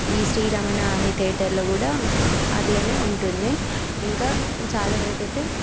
ఈ శ్రీ రమణ అనే థియేటర్లో కూడా అట్లనే ఉంటుంది ఇంకా చాలా వరకైతే